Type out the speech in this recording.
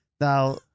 Now